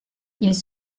ils